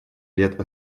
лет